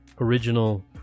original